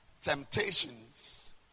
temptations